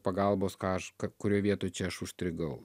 pagalbos ką aš ka kurioj vietoj čia aš užstrigau